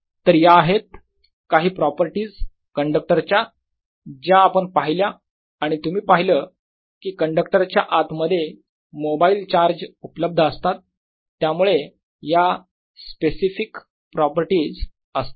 तर या आहेत काही प्रॉपर्टीज कंडक्टर च्या ज्या आपण पाहिल्या आणि तुम्ही पाहिलं की कंडक्टर च्या आत मध्ये मोबाईल चार्ज उपलब्ध असतात त्यामुळे या स्पेसिफिक प्रॉपर्टीज असतात